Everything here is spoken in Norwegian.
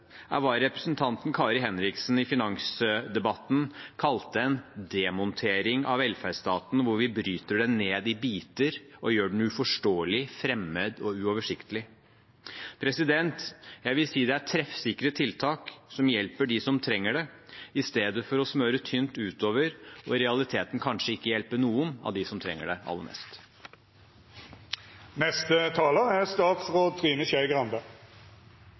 representanten Kari Henriksen i finansdebatten kalte en demontering av velferdsstaten, hvor vi bryter den ned i biter og gjør den uforståelig, fremmed og uoversiktlig. Jeg vi si det er treffsikre tiltak som hjelper dem som trenger det, i stedet for å smøre tynt utover og i realiteten kanskje ikke hjelpe noen av dem som trenger det aller mest. Norge er